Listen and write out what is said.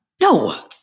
no